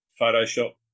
Photoshop